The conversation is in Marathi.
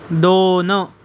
दोन